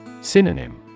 Synonym